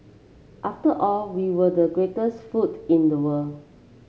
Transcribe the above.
after all we were the greatest food in the world